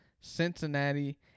Cincinnati